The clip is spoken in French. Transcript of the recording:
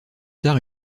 tard